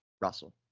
Russell